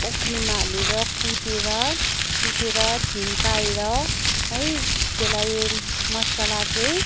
ओखलीमा हालेर कुटेर कुटेर छिन्काएर है त्यसलाई मसला चाहिँ